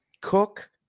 Cook